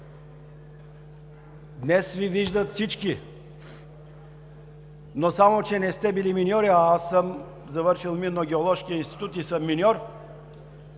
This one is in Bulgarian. Днес Ви виждат всички, само че не сте били миньори, а аз съм завършил Минно-геоложкия институт и съм миньор.